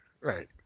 right